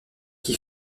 qui